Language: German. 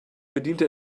bediente